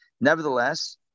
Nevertheless